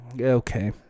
Okay